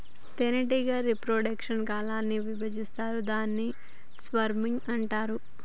తేనెటీగ reproduction colony ల విభజిస్తాయి దాన్ని స్వర్మింగ్ అంటారు